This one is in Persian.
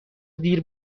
دیر